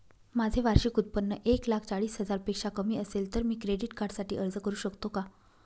माझे वार्षिक उत्त्पन्न एक लाख चाळीस हजार पेक्षा कमी असेल तर मी क्रेडिट कार्डसाठी अर्ज करु शकतो का?